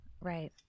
Right